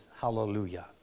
Hallelujah